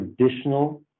traditional